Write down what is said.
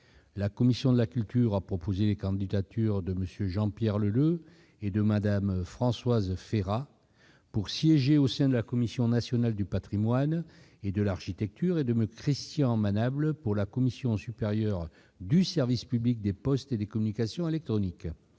La commission de la culture a proposé les candidatures de M. Jean-Pierre Leleux et de Mme Françoise Férat pour siéger au sein de la Commission nationale du patrimoine et de l'architecture, et de M. Christian Manable pour la Commission supérieure du service public des postes et des communications électroniques.